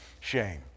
shame